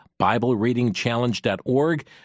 BibleReadingChallenge.org